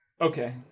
Okay